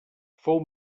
fou